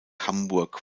hamburg